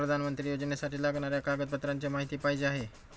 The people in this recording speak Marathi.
पंतप्रधान योजनेसाठी लागणाऱ्या कागदपत्रांची माहिती पाहिजे आहे